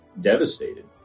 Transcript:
devastated